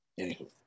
Anywho